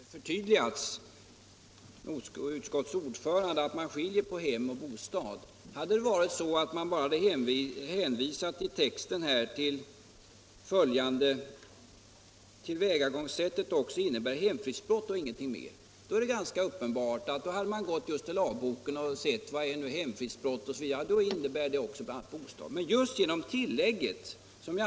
Nr 43 Herr talman! Det är ju på det sättet, som redan har förtydligats av utskottets ordförande, att man skiljer på ”hem” och ”bostad”. Hade det varit så, att det i texten bara hänvisats till att ”tillvägagångssättet = LL också innebär hemfridsbrott” och ingenting mer, så är det ganska uppen — Ändring i brottsbalbart att om man gått till lagboken och sett efter vad hemfridsbrott innebär, — ken så hade man sagt sig att det också gäller det vidsträckta begreppet bostad.